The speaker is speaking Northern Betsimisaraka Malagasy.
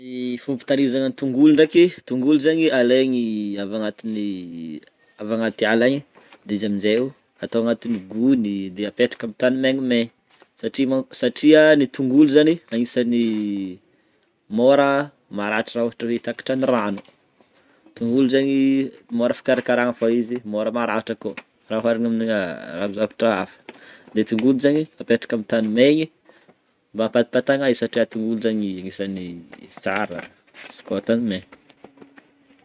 Ny fomba terizagna tognolo ndreky, tognolo zany alegny avy agnaty- agnaty ala de izy amize ô ato agnaty gony de apetraka amin'ny tany megnamegna, satria ny tongolo zany anisany mora maratra otran'ny ra ôhatra hoe takatra ny rano, tongolo zany mora fikarahakarahana fa izy mora maratra koa ra hoarina amin'ny zavatra hafa de tongolo zany apetraka amin'ny tany megny mba ampatagnatagna izy satria tongolo zany anisany tsara izy koa tany megna.